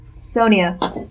Sonia